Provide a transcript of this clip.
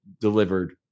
delivered